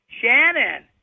Shannon